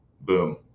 Boom